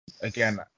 again